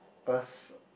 us